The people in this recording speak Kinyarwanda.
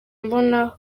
mbona